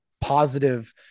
positive